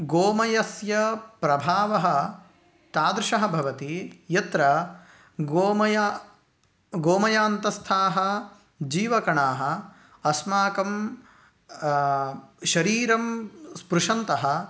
गोमयस्य प्रभावः तादृशः भवति यत्र गोमय गोमयान्तस्थाः जीवकणाः अस्माकं शरीरं स्पृशन्तः